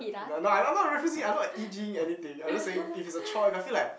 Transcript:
no I I not referencing I not like e_g ing anything I'm just saying if it's a choice I feel like